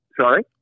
Sorry